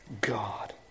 God